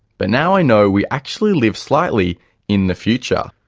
but now i know we actually live slightly in the future.